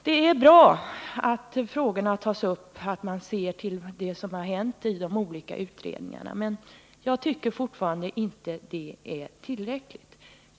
Det är bra att frågorna tas upp, att man ser till det som har hänt i de olika utredningarna, men jag tycker fortfarande inte att det är tillräckligt.